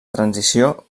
transició